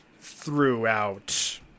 throughout